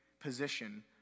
position